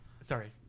sorry